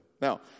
Now